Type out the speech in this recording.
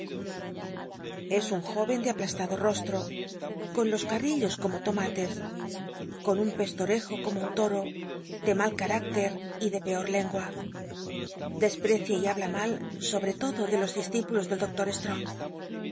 es un jó'en de aplastado rostro con los cartillos biblioteca nacional de españa david copperfield como tomates con un estorcjo como un loro de mal car ícter y de pcoi lengua desprecia y habla mal sobre lodo de los discípulos del doctor